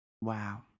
Wow